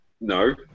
No